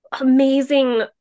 amazing